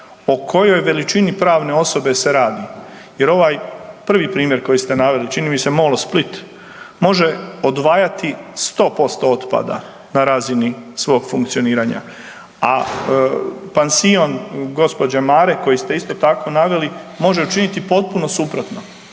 o kojoj veličini pravne osobe se radi jer ovaj prvi primjer koji ste naveli čini mi se Molo Split može odvajati 100% otpada na razini svog funkcioniranja, a pansion gospođe Mare koji ste isto tako naveli može učiniti potpuno suprotno.